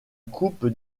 coupe